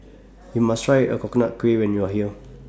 YOU must Try Coconut Kuih when YOU Are here